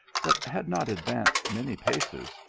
but had not advanced many paces,